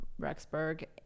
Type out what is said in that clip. Rexburg